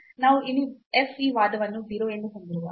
ನಾವು ಇಲ್ಲಿ f ಈ ವಾದವನ್ನು 0 ಎಂದು ಹೊಂದಿರುವಾಗ